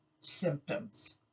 symptoms